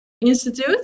Institute